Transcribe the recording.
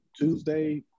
Tuesday